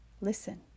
Listen